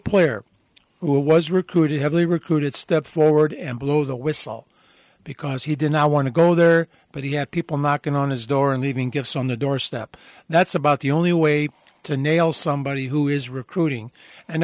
player who was recruited heavily recruited step forward and blow the whistle because he did not want to go there but he had people knocking on his door and he even gives on the doorstep that's about the only way to nail somebody who is